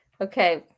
Okay